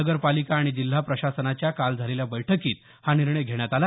नगरपालिका आणि जिल्हा प्रशासनाच्या काल झालेल्या बैठकीत हा निर्णय घेण्यात आला